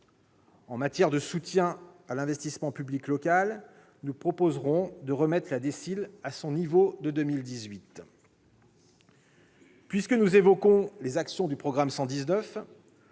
qui concerne le soutien à l'investissement public local, nous proposerons de remettre la DSIL à son niveau de 2018. Puisque nous évoquons les actions du programme 119,